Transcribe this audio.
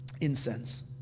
incense